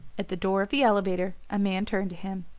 at the door of the elevator a man turned to him,